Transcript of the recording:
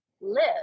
live